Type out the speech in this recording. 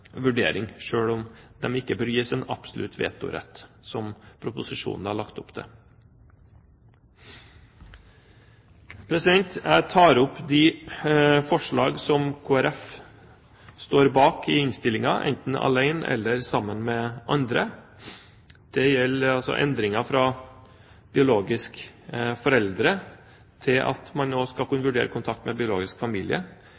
vurdering, selv om de ikke bør gis en absolutt vetorett, som proposisjonen har lagt opp til. Jeg tar opp de forslagene som Kristelig Folkeparti står bak i saken, enten alene eller sammen med andre. Det gjelder endringer vedrørende biologiske foreldre, at man nå skal